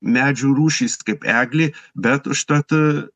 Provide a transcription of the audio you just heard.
medžių rūšys kaip eglė bet užtat